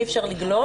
אי אפשר לגלוש.